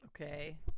Okay